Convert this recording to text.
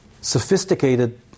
sophisticated